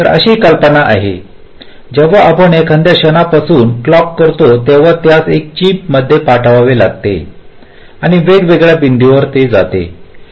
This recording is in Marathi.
तर अशी कल्पना आहे की जेव्हा आपण एखाद्या क्षणापासून क्लॉक करतो तेव्हा त्यास एका चिपमध्ये पाठवावे लागते किंवा वेगवेगळ्या बिंदूवर जाता येते